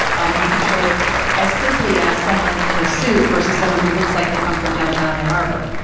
um and you can show it as simply as someone in a suit versus someone who looks like they come from downtown ann arbor.